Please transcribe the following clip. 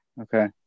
Okay